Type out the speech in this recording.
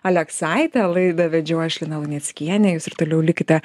aleksaitę laidą vedžiau aš lina luneckienė jūs ir toliau likite